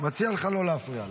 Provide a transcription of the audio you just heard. מציע לך לא להפריע לה.